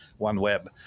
OneWeb